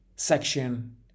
Section